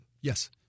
Yes